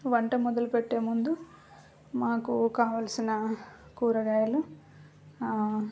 వంట మొదలుపెట్టేముందు మాకు కావాల్సిన కూరగాయలు